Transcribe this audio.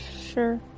sure